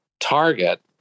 target